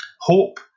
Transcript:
hope